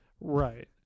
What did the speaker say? Right